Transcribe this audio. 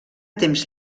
temps